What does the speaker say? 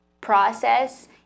process